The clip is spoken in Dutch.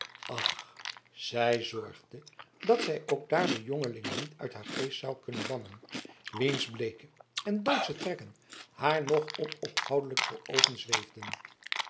ach zij zorgde dat zij ook daar den jongeling niet uit haar geest zou kunnen bannen wiens bleeke en doodsche trekken haar nog onophoudelijk voor oogen zweefden